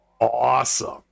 awesome